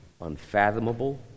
unfathomable